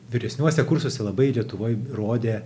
vyresniuosiuose kursuose labai lietuvoje rodė